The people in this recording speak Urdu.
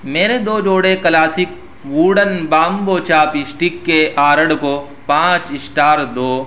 میرے دو جوڑے classic wooden bamboo chopstick کے آرڈر کو پانچ اسٹار دو